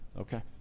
Okay